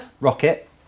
rocket